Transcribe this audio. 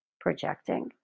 projecting